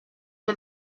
che